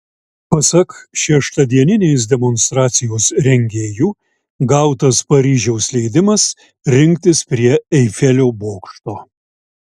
pasak šeštadieninės demonstracijos rengėjų gautas paryžiaus leidimas rinktis prie eifelio bokšto